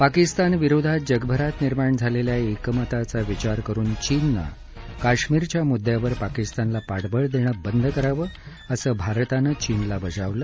पाकिस्तान विरोधात जगभरात निर्माण झालेल्या एकमताचा विचार करून चीननं काश्मीरच्या मुद्द्यावर पाकिस्तानाला पाठबळ देणं बंद करावं असं भारतानं चीनला बजावलं